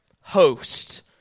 host